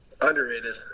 Underrated